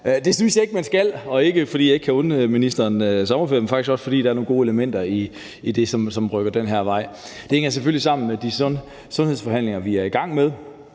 Det synes jeg ikke man skal, og det har ikke noget at gøre med, om jeg kan unde ministeren sommerferie eller ej, men fordi der faktisk også er nogle gode elementer i det, som rykker den her vej. Det hænger selvfølgelig sammen med de sundhedsforhandlinger, vi er i gang med,